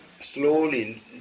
slowly